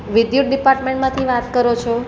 વિદ્યુત ડિપાર્ટમેન્ટમાંથી વાત કરો છો